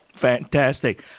Fantastic